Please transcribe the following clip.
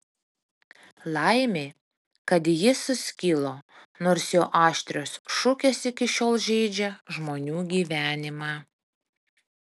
laimė kad ji suskilo nors jo aštrios šukės iki šiol žeidžia žmonių gyvenimą